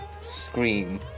scream